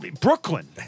Brooklyn